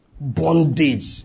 Bondage